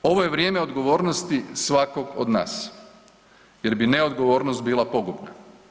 Ovo je vrijeme odgovornosti svakog od nas jer bi neodgovornost bila pogubna.